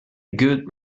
good